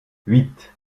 huit